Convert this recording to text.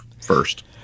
first